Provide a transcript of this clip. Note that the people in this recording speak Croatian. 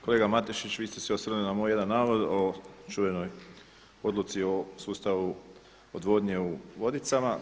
Kolega Matešić, vi ste se osvrnuli na moj jedan navod o čuvenoj odluci o sustavu odvodnje u Vodicama.